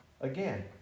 Again